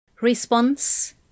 Response